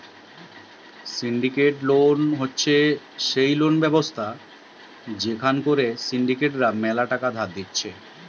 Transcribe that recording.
syndicated loan হতিছে সেই loan ব্যবস্থা যেখান করে সিন্ডিকেট রা ম্যালা টাকা ধার দিতেছে